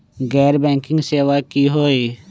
गैर बैंकिंग सेवा की होई?